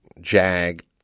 jag